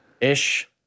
Ish